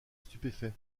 stupéfait